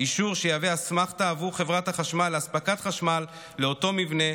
אישור שיהווה אסמכתה עבור חברת החשמל לאספקת חשמל לאותו מבנה,